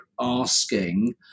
asking